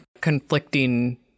conflicting